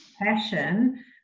passion